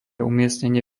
umiestnenie